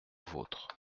vôtre